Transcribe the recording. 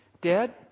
Dad